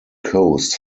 coast